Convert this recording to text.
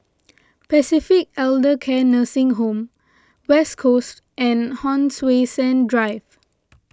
Pacific Elder Care Nursing Home West Coast and Hon Sui Sen Drive